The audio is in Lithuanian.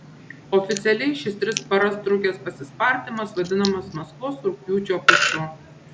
oficialiai šis tris paras trukęs pasispardymas vadinamas maskvos rugpjūčio puču